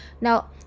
Now